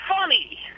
funny